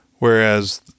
Whereas